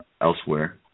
elsewhere